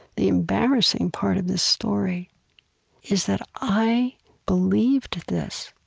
the embarrassing part of this story is that i believed this.